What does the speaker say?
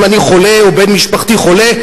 אם אני חולה או בן-משפחתי חולה,